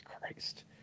Christ